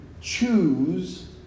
choose